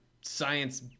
science